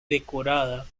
decorada